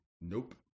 Nope